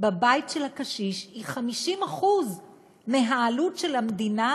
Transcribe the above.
בבית של הקשיש היא 50% מהעלות למדינה